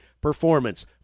Performance